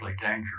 dangerous